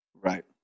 Right